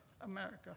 America